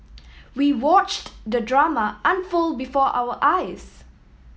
we watched the drama unfold before our eyes